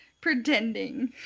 pretending